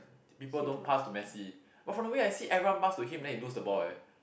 people don't pass to Messi but from the way I see it everyone pass to him then he lose the ball eh